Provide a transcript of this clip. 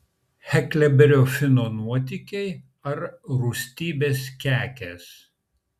heklberio fino nuotykiai ar rūstybės kekės